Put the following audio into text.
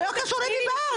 זה לא קשור לזה שדיברתי.